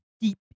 deep